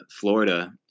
florida